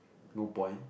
no point